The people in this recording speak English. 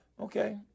okay